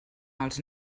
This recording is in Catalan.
els